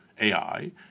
AI